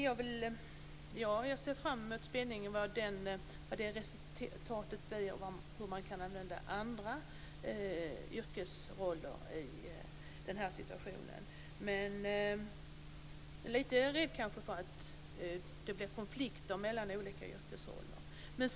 Jag ser med spänning fram emot resultatet av genomgången av hur man kan använda andra yrkesroller i denna situation. Jag är lite rädd för att det blir konflikter mellan olika yrkesroller.